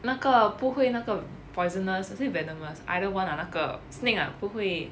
那个不会那个 poisonous or is it venomous either one ah 那个 snake ah 不会